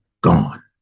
gone